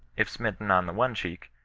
if smitten on the one cheek,